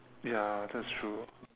ya that's true